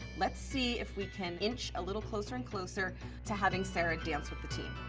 let's see if we can inch a little closer and closer to having sarah dance with the team.